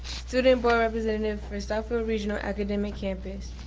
student board representative for southfield regional academic campus.